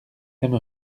eme